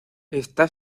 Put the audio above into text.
esta